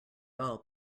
oil